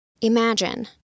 Imagine